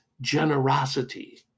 generosity